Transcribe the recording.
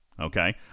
Okay